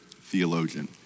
theologian